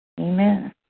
Amen